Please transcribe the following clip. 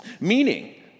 meaning